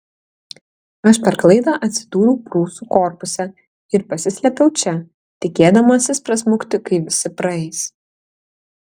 aš per klaidą atsidūriau prūsų korpuse ir pasislėpiau čia tikėdamasis prasmukti kai visi praeis